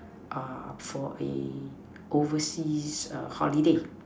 uh for a overseas err holiday